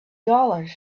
dollars